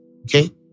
Okay